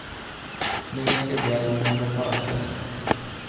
निवेश के ब्याज मूल्य का अर्थ क्या है?